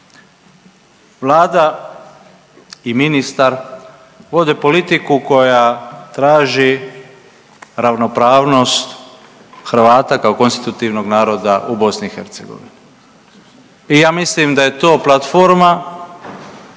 Vlada i ministar vode politiku koja traži ravnopravnost Hrvata kao konstitutivnog naroda u BiH. I ja mislim da je to platforma